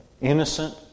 innocent